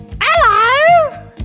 Hello